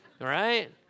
right